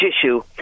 issue